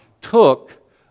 took